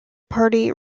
party